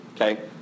okay